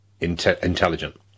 intelligent